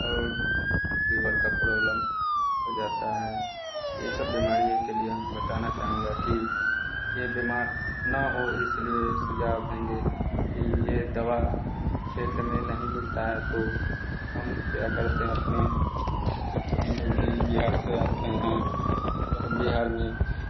और लीवर का प्रोब्लम हो जाता है ये सब बीमारी के लिए हम बताना चाहूँगा की ये बीमार न हो इसलिए सुझाव देंगे की ये दवा क्षेत्र में नहीं मिलता है तो हम क्या करते है अपने हम लोग भी बिहार से आते हैं तो हम बिहार में